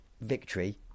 victory